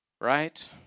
right